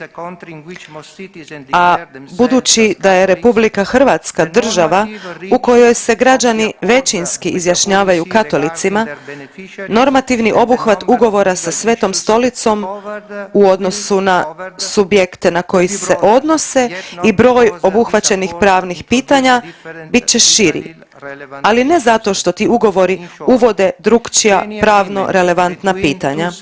A budući da je Republika Hrvatska država u kojoj se građani većinski izjašnjavaju Katolicima normativni obuhvat ugovora sa Svetom Stolicom u odnosu na subjekte koji se odnose i broj obuhvaćenih pravnih pitanja bit će širi, ali ne zato što ti ugovori uvode drukčija pravno-relevantna pitanja.